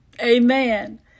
Amen